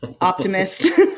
optimist